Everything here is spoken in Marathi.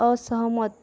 असहमत